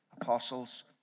apostles